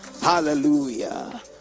Hallelujah